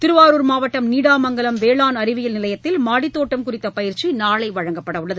திருவாரூர் மாவட்டம் நீடாமங்கலம் வேளாண் அறிவியல் நிலையத்தில் மாடித் தோட்டம் குறித்த பயிற்சி நாளை வழங்கப்படவுள்ளது